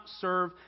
serve